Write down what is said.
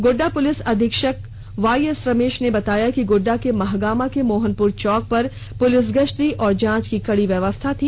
Godda police अधीक्षक Y S Ramesh ने बताया गोड्डा के महागामा के मोहनपुर चौक पर पुलिस गश्ती और जांच की कड़ी व्यवस्था थी